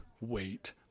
wait